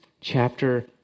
chapter